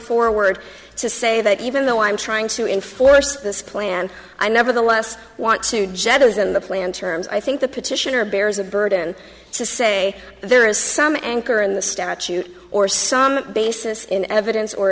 forward to say that even though i'm trying to enforce this plan i nevertheless want to jettison the plan terms i think the petitioner bears a burden to say there is some anchor in the statute or some basis in evidence or